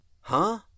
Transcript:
Huh